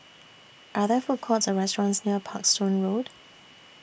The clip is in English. Are There Food Courts Or restaurants near Parkstone Road